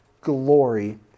glory